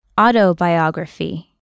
Autobiography